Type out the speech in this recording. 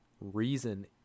reason